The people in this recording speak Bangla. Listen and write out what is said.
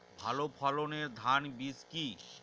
ভালো ফলনের ধান বীজ কি?